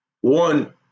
one